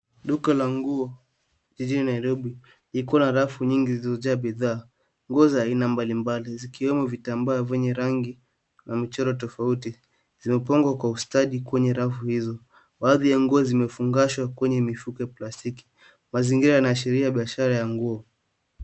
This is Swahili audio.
Duka la nguo jijini Nairobi ikiwa rafu nyingi zilizojaa bidhaa. Nguo za aina mbalimbali zikiwemo vitambaa venye rangi na mchoro tofauti zimepangwa kwa ustadi kwenye rafu hizo. Baadhi ya nguo zimefungashwa kwenye mifuko ya plastiki. Mazingira yanaashiria biashara ya nguo.